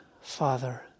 Father